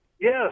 Yes